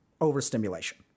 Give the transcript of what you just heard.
Overstimulation